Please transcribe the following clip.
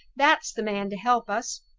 that's the man to help us.